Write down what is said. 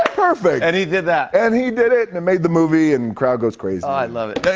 perfect. and he did that? and he did it, and it made the movie, and crowd goes crazy. oh, i love it.